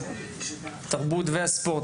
התרבות והספורט.